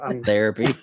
Therapy